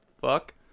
fuck